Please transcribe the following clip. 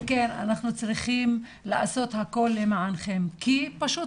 וכן אנחנו צריכים לעשות הכל למענכם כי פשוט